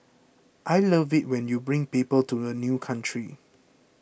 I love it when you bring people to a new country